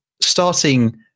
starting